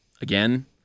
again